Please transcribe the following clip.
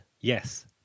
Yes